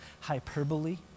hyperbole